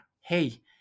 hey